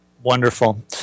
Wonderful